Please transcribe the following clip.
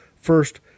First